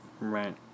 Right